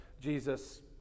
Jesus